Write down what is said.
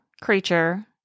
creature